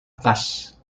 tas